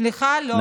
סליחה, לא.